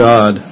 God